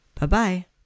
Bye-bye